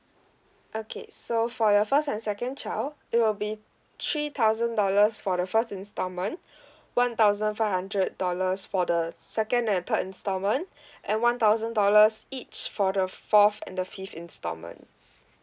okay so for your first and second child it will be three thousand dollars for the first installment one thousand five hundred dollars for the second and third installment and one thousand dollars each for the fourth and the fifth installment